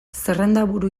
zerrendaburu